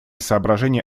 соображения